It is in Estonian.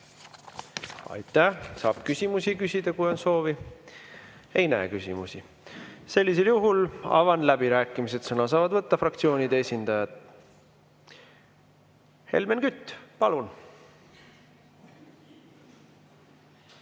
Aitäh! Saab küsimusi küsida, kui on soovi. Ei näe küsimusi. Sellisel juhul avan läbirääkimised, sõna saavad võtta fraktsioonide esindajad. Helmen Kütt, palun!